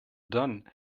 done